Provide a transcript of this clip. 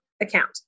account